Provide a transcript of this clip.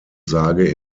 sage